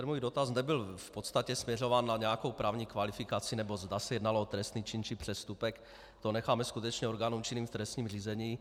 Můj dotaz nebyl v podstatě směřován na nějakou právní kvalifikaci nebo zda se jednalo o trestný čin či přestupek, to necháme skutečně orgánům činným v trestním řízení.